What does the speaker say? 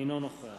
אינו נוכח